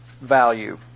value